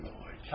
Lord